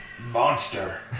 monster